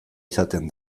izaten